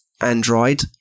Android